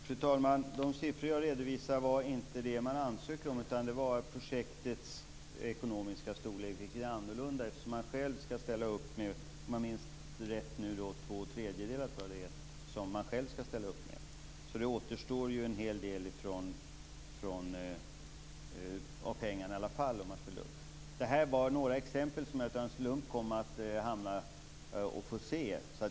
Fru talman! De siffror jag redovisade var inte de summor som ansökningarna gällde utan den ekonomiska storleken på projektet. Det blir annorlunda, eftersom man själv skall ställa upp med två tredjedelar. Det återstår en hel del av pengarna. Det var några exempel som jag av en slump fick se.